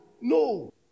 No